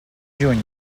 juny